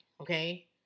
okay